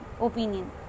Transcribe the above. opinion